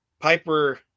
Piper